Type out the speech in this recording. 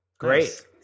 Great